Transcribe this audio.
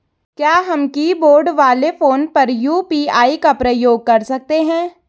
क्या हम कीबोर्ड वाले फोन पर यु.पी.आई का प्रयोग कर सकते हैं?